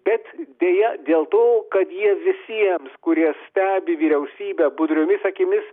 bet deja dėl to kad jie visiems kurie stebi vyriausybę budriomis akimis